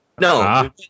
No